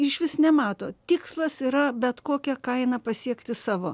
išvis nemato tikslas yra bet kokia kaina pasiekti savo